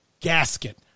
gasket